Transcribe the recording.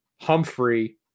Humphrey